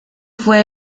fue